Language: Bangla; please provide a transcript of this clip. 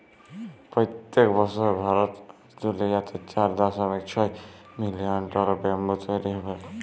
পইত্তেক বসর ভারত আর দুলিয়াতে চার দশমিক ছয় মিলিয়ল টল ব্যাম্বু তৈরি হবেক